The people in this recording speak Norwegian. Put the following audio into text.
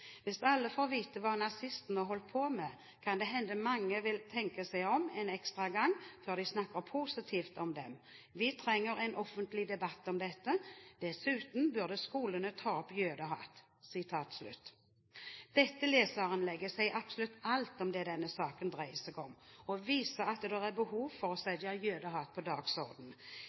Hvis alle får vite hva nazistene holdt på med, kan det hende mange vil tenke seg om en ekstra gang før de snakker positivt om dem. Vi trenger en offentlig debatt om dette. Dessuten burde skolene ta opp jødehat.» Dette leserinnlegget sier absolutt alt om det denne saken dreier seg om, og viser at det er behov for å sette jødehat på